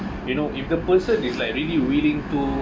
you know if the person is like really willing to